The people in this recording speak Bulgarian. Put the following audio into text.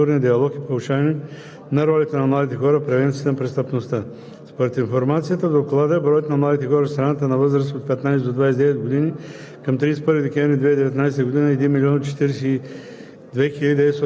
неравностойно положение, развитие на младежкото доброволчество, повишаване на гражданската активност, развитие на младите хора в малките населени места и селските райони, развитие на международния и междукултурния диалог и повишаване на ролята на младите хора в превенцията на престъпността.